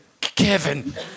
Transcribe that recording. Kevin